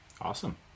awesome